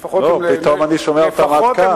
לא, פתאום אני שומע אותם עד כאן.